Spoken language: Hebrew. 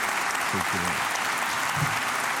כפיים) (אומר דברים בשפה האנגלית, להלן תרגומם